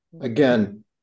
Again